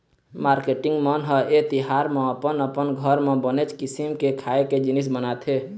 marketing मन ह ए तिहार म अपन अपन घर म बनेच किसिम के खाए के जिनिस बनाथे